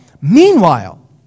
Meanwhile